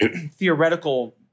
theoretical